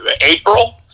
April